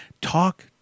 talk